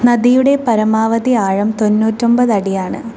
നദിയുടെ പരമാവധി ആഴം തൊണ്ണൂറ്റൊമ്പത് അടിയാണ്